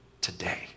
today